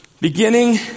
beginning